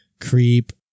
Creep